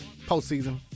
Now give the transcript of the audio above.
postseason